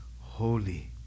holy